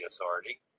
Authority